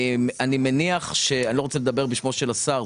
אני לא רוצה לדבר בשמו של השר.